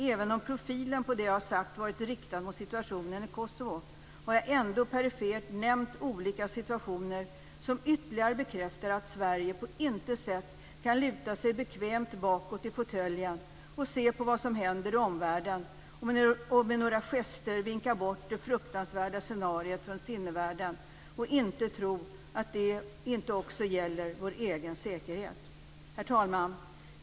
Även om profilen på det jag sagt varit riktad mot situationen i Kosovo har jag ändå perifert nämnt olika situationer som ytterligare bekräftar att vi i Sverige på intet sätt kan luta oss bekvämt bakåt i fåtöljen, se på vad som händer i omvärlden och med några gester vinka bort den fruktansvärda scenariot från sinnevärlden. Vi får inte tro att det inte också gäller vår egen säkerhet. Herr talman!